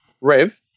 Rev